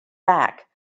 back